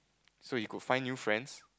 so he could find new friends